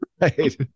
Right